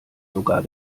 sogar